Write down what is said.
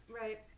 Right